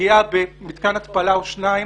פגיעה במתקן התפלה או שניים